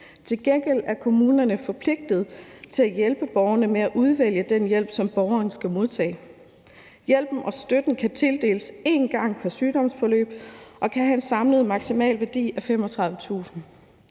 Til gengæld er kommunen forpligtet til at hjælpe borgeren med at udvælge den hjælp, som borgeren skal modtage. Hjælpen og støtten kan tildeles én gang pr. sygdomsforløb og kan have en samlet maksimal værdi af 35.000